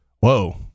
Whoa